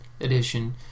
edition